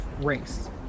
race